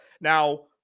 Now